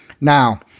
Now